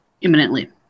imminently